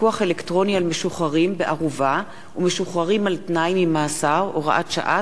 הממשלה מקדמת התקפות על המחאה החברתית,